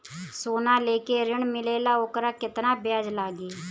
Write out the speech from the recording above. सोना लेके ऋण मिलेला वोकर केतना ब्याज लागी?